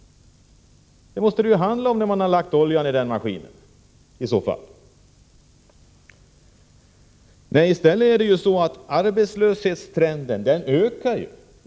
Det måste det handla om, eftersom man lagt oljan i den maskinen. I stället ökar arbetslösheten.